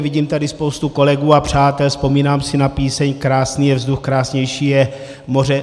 Vidím tady spoustu kolegů a přátel, vzpomínám si na píseň: Krásný je vzduch, krásnější je moře.